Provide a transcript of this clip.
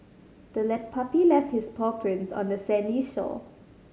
the puppy left its paw prints on the sandy shore